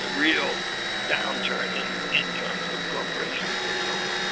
ah real downturn in incomes of corporations and so on.